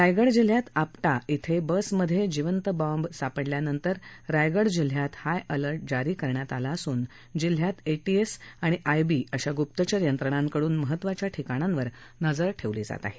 रायगड जिल्ह्यात आपटा येथे बसमध्ये जिवंत बॉम्ब सापडल्यानंतर रायगड जिल्हयात हाय अलर्ट जारी करण्यात आला असून जिल्हयात एटीएस आणि आय बी अशा ग्पचर यंत्रणेकडून महत्वाच्या ठिकाणावर नजर ठेवली जात आहे